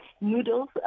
noodles